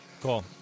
Cool